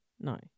No